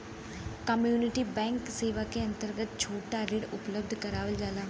community bank सेवा क अंतर्गत छोटा ऋण उपलब्ध करावल जाला